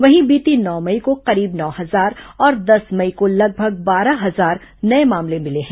वहीं बीती नौ मई को करीब नौ हजार और दस मई को लगभग बारह हजार नये मामले मिले हैं